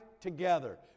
together